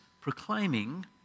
proclaiming